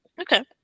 okay